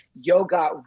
yoga